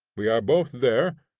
we are both there,